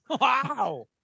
wow